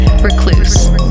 Recluse